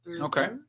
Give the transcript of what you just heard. Okay